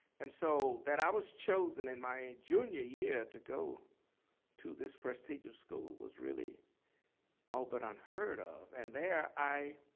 and so that i was chosen in my junior year, to go to this prestigious school, was really all but unheard of. and there i